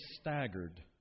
staggered